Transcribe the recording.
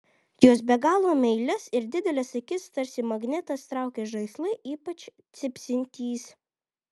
jos be galo meilias ir dideles akis tarsi magnetas traukia žaislai ypač cypsintys